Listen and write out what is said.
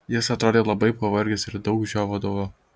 jis atrodė labai pavargęs ir daug žiovaudavo